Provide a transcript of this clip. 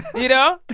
you know?